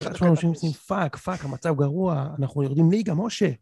אנשים עושים פאק פאק המצב גרוע אנחנו יורדים ליגה משה